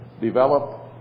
develop